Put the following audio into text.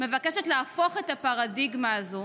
מבקשת להפוך את הפרדיגמה הזו